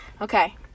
Okay